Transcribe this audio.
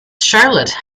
charlotte